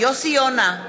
יוסי יונה,